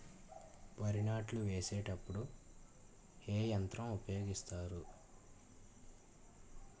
వరి నాట్లు వేసేటప్పుడు ఏ యంత్రాలను ఉపయోగిస్తారు?